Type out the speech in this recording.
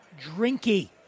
drinky